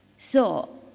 so,